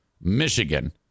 Michigan